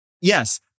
Yes